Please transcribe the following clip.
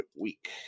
week